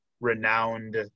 renowned